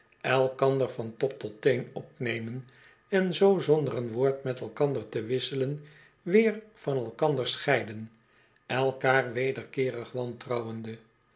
elkander van top tot teen opnemen en zoo zonder een woord met elkander te wisselen weer van elkander scheiden elkaar wederkeerig wantrouwende